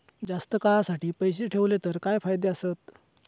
जास्त काळासाठी पैसे ठेवले तर काय फायदे आसत?